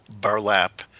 burlap